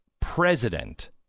president